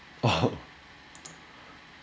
oh